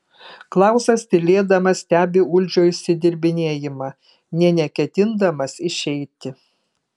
klausas tylėdamas stebi uldžio išsidirbinėjimą nė neketindamas išeiti